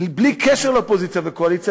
בלי קשר לאופוזיציה וקואליציה,